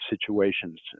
situations